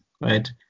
right